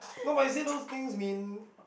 no but you see those things mean